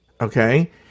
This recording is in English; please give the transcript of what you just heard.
Okay